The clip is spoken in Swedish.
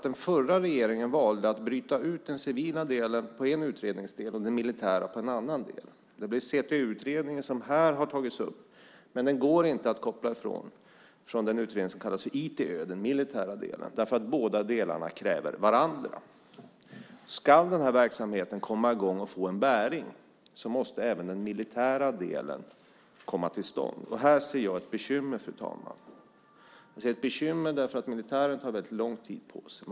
Den förra regeringen valde att bryta ut den civila delen på en utredningsdel och den militära på en annan del. Det blev CTÖ-utredningen som här har tagits upp, men det går inte att koppla den ifrån den utredning som kallas för ITÖ, den militära delen. Båda delarna kräver varandra. Ska den här verksamheten komma i gång och få en bäring måste även den militära delen komma till stånd. Här ser jag ett bekymmer, fru talman. Jag ser ett bekymmer därför att militären tar väldigt lång tid på sig.